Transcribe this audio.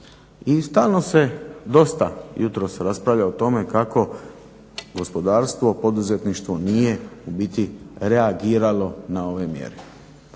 I stalno se dosta jutros raspravlja o tome kako gospodarstvo, poduzetništvo nije niti reagiralo na ove mjere.